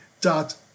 dot